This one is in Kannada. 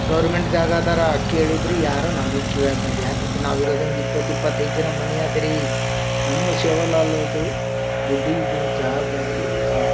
ಗೌರ್ಮೆಂಟ್ ಜಾಗ ಅಧಾರ ಕೇಳಿದ್ರು ಯಾರು ನಮಗೆ ಕೇಳಾಕೆ ಅಂತೆ ಯಾಕೆ ಅಂತೆ ನಾವು ಇರೋದೇ ಒಂದು ಇಪ್ಪತ್ತು ಇಪ್ಪತೈದು ಜನ ಮಾನಿಯಾಗ ರೀ ನಮ್ಮ ಶಿವಲಾಲದು ಗುಡಿದು ಜಾಗ ಇಲ್ಲ